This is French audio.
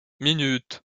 minutes